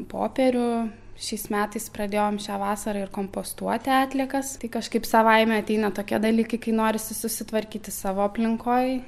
popierių šiais metais pradėjom šią vasarą ir kompostuoti atliekas tai kažkaip savaime ateina tokie dalykai kai norisi susitvarkyti savo aplinkoj